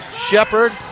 Shepard